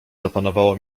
zapanowało